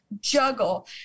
juggle